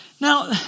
Now